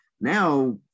now